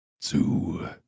two